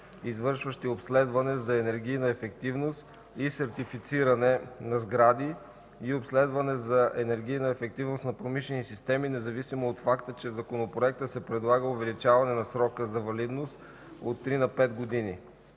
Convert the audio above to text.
извършващи обследване за енергийна ефективност и сертифициране на сгради и обследване за енергийна ефективност на промишлени системи, независимо от факта, че в законопроекта се предлага увеличаване на срока на валидност от 3 на 5 години.